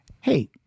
Hey